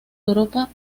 europa